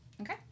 Okay